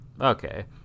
Okay